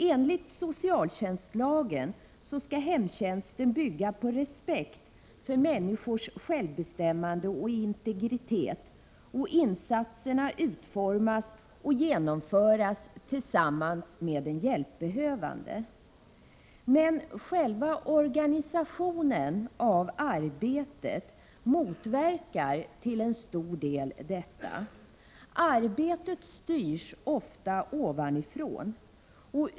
Enligt socialtjänstlagen skall hemtjänsten bygga på respekt för människors självbestämmande och integritet och insatserna utformas och genomföras tillsammans med den hjälpbehövande. Men själva organisationen av arbetet motverkar till stor del detta. Arbetet styrs ofta ovanifrån.